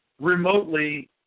remotely